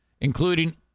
including